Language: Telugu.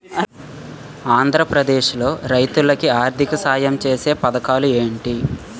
ఆంధ్రప్రదేశ్ లో రైతులు కి ఆర్థిక సాయం ఛేసే పథకాలు ఏంటి?